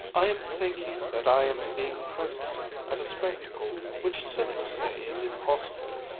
i am thinking that i am being present at a spectacle which cynics say is impossible,